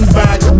back